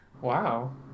wow